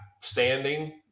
standing